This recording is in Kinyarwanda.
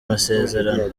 masezerano